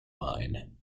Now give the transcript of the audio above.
mine